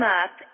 up